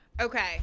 Okay